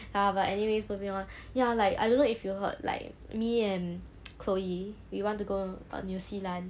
ya but anyways moving on ya like I don't know if you heard like me and chloe we want to go err new zealand